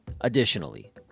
Additionally